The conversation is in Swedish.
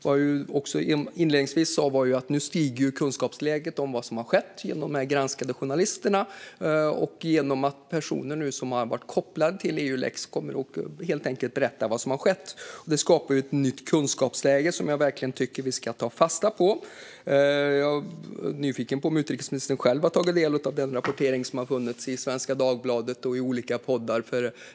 Som jag sa inledningsvis stiger nu kunskapsläget om vad som har skett genom de granskande journalisterna och genom att personer som varit kopplade till Eulex helt enkelt berättar om vad som har skett. Det skapar ett nytt kunskapsläge som jag verkligen tycker att vi ska ta fasta på. Jag är nyfiken på om utrikesministern själv har tagit del av den rapportering som har funnits i Svenska Dagbladet och i olika poddar.